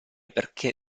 perché